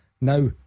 Now